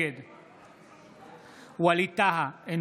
נגד ווליד טאהא,